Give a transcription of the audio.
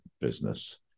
business